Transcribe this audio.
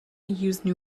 use